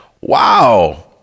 wow